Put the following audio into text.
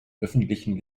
öffentlichen